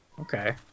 Okay